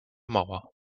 mauer